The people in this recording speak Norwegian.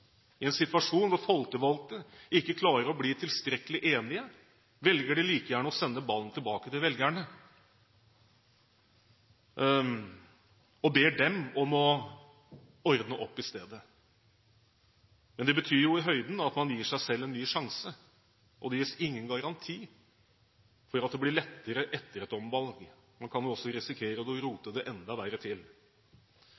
I en situasjon hvor de folkevalgte ikke klarer å bli tilstrekkelig enige, velger de like gjerne å sende ballen tilbake til velgerne og ber dem om å ordne opp i stedet. Men det betyr i høyden at man gir seg selv en ny sjanse, og det gis ingen garanti for at det blir lettere etter et omvalg. Man kan også risikere